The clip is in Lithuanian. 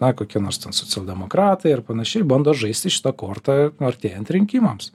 na kokie nors ten socialdemokratai ar panašiai bando žaisti šita korta artėjant rinkimams